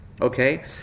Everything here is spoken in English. Okay